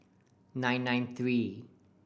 nine nine three